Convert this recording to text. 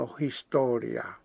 historia